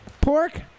Pork